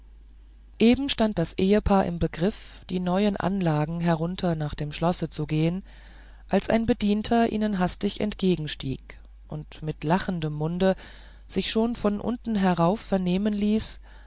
eben stand das ehepaar im begriff die neuen anlagen herunter nach dem schlosse zu gehen als ein bedienter ihnen hastig entgegenstieg und mit lachendem munde sich schon von unten herauf vernehmen ließ